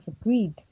agreed